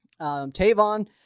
Tavon